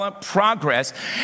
progress